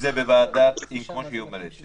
אם כמו שהיא אומרת,